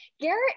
Garrett